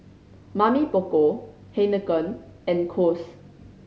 Mamy Poko Heinekein and Kose